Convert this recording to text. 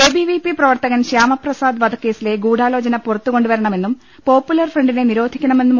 A B V P പ്രവർത്തകൻ ശ്യാമപ്രസാദ് വധക്കേസിലെ ഗൂഢാലോചന പുറത്തുകൊണ്ടുവരണ മെന്നും പോപ്പുലർ ഫ്രണ്ടിനെ നിരോധിക്കണമെന്നും